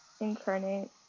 Incarnate